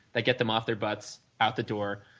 that get them off their butts, out the door,